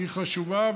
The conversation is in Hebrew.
היא חשובה,